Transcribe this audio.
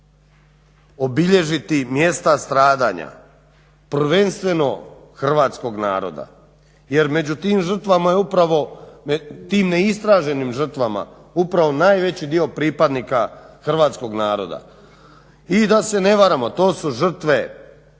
obilježiti mjesta stradanja, prvenstveno hrvatskog naroda jer među tim žrtvama je upravo, tim neistraženim žrtvama upravo najveći dio pripadnika hrvatskog naroda. I da se ne varamo, to su žrtve